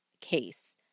case